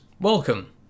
welcome